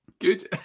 Good